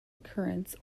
occurrence